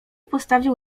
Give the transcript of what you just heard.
postawił